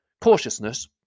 cautiousness